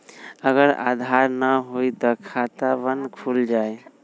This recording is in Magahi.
अगर आधार न होई त खातवन खुल जाई?